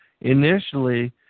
initially